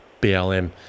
blm